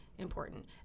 important